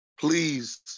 Please